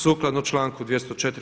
Sukladno članku 204.